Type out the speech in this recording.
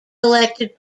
elected